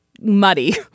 muddy